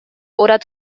oder